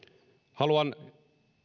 haluan